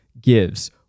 gives